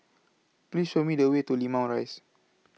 Please Show Me The Way to Limau Rise